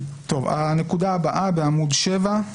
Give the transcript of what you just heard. הנקודה הבאה בעמוד 7,